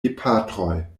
gepatroj